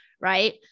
right